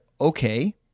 okay